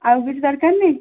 ଆଉ କିଛି ଦରକାର ନାହିଁ